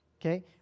Okay